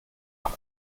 nach